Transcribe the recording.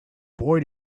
boy